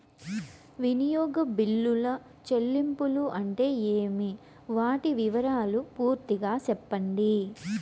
వినియోగ బిల్లుల చెల్లింపులు అంటే ఏమి? వాటి వివరాలు పూర్తిగా సెప్పండి?